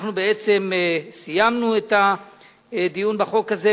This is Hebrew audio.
אנחנו בעצם סיימנו את הדיון בחוק הזה,